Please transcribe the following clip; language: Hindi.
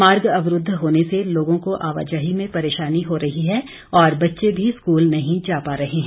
मार्ग अवरूद्ध होने से लोगों को आवाजाही में परेशानी हो रही है और बच्चे भी स्कूल नहीं जा पा रहे हैं